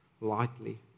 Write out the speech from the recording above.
lightly